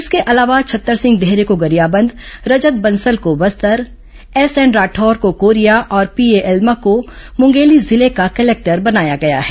इसके अलावा छत्तर सिंह देहरे को गरियाबंद रजत बंसल को बस्तर एसएन राठौर को कोरिया और पीए एल्मा को मुंगेली जिले का कलेक्टर बनाया गया है